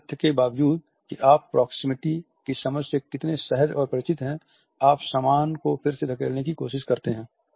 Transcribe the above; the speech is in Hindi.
इस तथ्य के बावजूद कि आप प्रोक्सेमिटी की समझ से कितने सहज और परिचित है आप सामान को फिर से धकेलने की कोशिश करते हैं